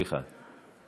סליחה.